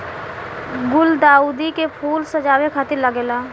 गुलदाउदी के फूल सजावे खातिर लागेला